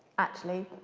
actually.